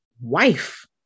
wife